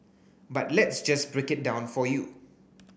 but let's just break it down for you